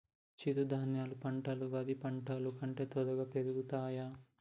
చిరుధాన్యాలు పంటలు వరి పంటలు కంటే త్వరగా పెరుగుతయా?